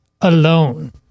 alone